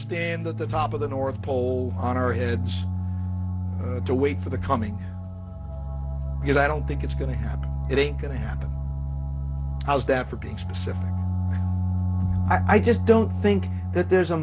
stand at the top of the north pole on our heads to wait for the coming because i don't think it's going to happen it ain't going to happen how's that for being specific i just don't think that there's a